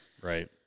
Right